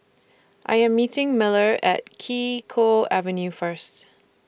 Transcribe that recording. I Am meeting Miller At Kee Choe Avenue First